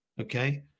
okay